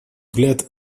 взгляд